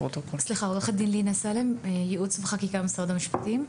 עו"ד לינא סאלם, ייעוץ וחקיקה, משרד המשפטים.